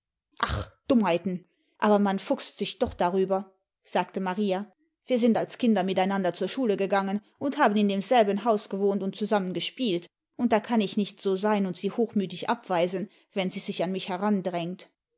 ach dummheiten aber man fuchst sich doch darüber sagte maria wir sind als kinder miteinander zur schule gegangen und haben in demselben hause gewohnt und zusammen gespielt und da kann ich nicht so sein und sie hochmütig abweisen wenn sie sich an mich